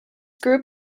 group